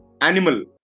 Animal